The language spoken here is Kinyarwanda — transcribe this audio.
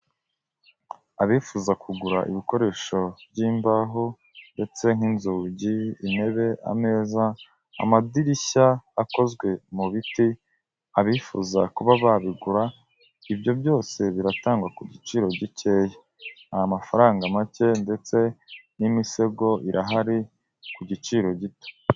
Abifuza kugura ibikoresho by'imbaho ndetse nk'inzugi, intebe, ameza, amadirishya akozwe mu biti, abifuza kuba babigura ibyo byose biratangwa ku giciro gikeya, ni amafaranga make ndetse n'imisego irahari ku giciro gito.